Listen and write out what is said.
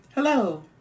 Hello